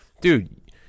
Dude